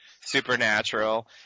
supernatural